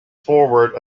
forward